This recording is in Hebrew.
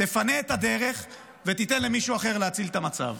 תפנה את הדרך ותיתן למישהו אחר להציל את המצב.